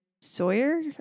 Sawyer